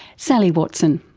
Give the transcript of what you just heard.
sally watson.